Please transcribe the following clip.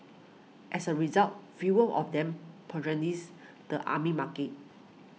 as a result fewer of them patronise the army market